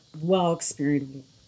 well-experienced